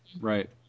Right